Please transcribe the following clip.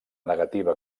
negativa